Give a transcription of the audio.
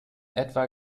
etwa